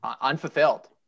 unfulfilled